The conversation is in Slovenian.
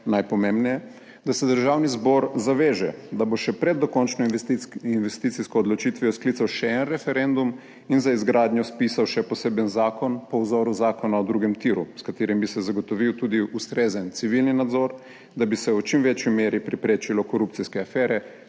najpomembneje, da se Državni zbor zaveže, da bo še pred dokončno investicijsko odločitvijo sklical še en referendum in za izgradnjo spisal še poseben zakon po vzoru zakona o drugem tiru, s katerim bi se zagotovil tudi ustrezen civilni nadzor, da bi se v čim večji meri preprečilo korupcijske afere,